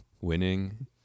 Winning